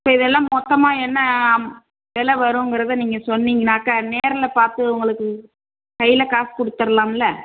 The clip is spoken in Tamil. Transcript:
இப்போ இதெல்லாம் மொத்தமாக என்ன வில வருங்கிறதை நீங்கள் சொன்னீங்கன்னாக்கா நேரில் பார்த்து உங்களுக்கு கையில காசு கொடுத்தர்லாம்ல